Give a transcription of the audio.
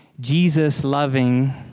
Jesus-loving